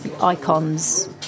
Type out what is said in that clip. icons